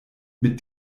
mit